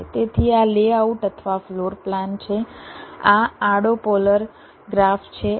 તેથી આ લેઆઉટ અથવા ફ્લોર પ્લાન છે આ આડો પોલર ગ્રાફ છે